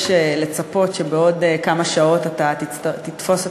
יש לצפות שבעוד כמה שעות אתה תתפוס את